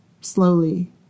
Slowly